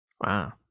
Wow